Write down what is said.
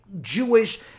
Jewish